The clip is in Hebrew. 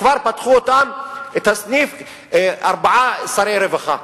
כבר פתחו את הסניף ארבעה שרי רווחה.